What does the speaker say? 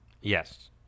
Yes